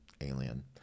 Alien